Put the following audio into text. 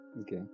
okay